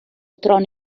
trono